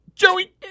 Joey